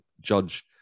judge